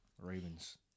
Ravens